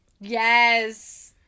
Yes